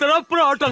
and brought um